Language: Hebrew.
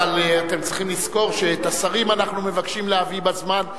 אבל אתם צריכים לזכור שאת השרים אנחנו מבקשים להביא בזמן.